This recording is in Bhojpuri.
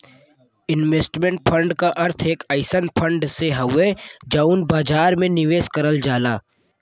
इन्वेस्टमेंट फण्ड क अर्थ एक अइसन फण्ड से हउवे जौन बाजार में निवेश करल जाला